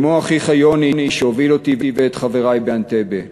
כמו אחיך יוני, שהוביל אותי ואת חברי באנטבה.